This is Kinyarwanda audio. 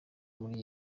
muri